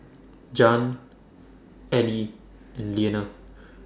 Jan Ally and Leaner